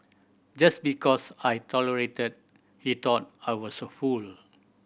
just because I tolerated he thought I was a fool